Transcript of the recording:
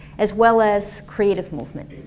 as well as creative movement.